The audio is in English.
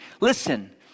listen